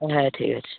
হ্যাঁ ঠিক আছে